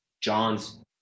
John's